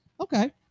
okay